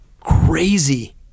crazy